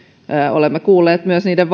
olemme kuulleet myös niiden